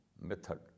method